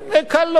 קל לומר,